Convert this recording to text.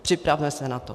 Připravme se na to.